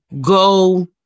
go